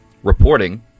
Reporting